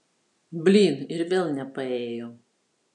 blyn ir vėl nepaėjo